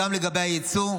גם לגבי היצוא,